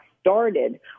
started